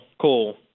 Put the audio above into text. cool